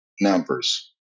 numbers